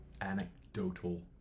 anecdotal